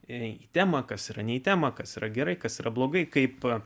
į temą kas yra ne į temą kas yra gerai kas yra blogai kaip